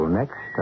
next